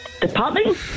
Department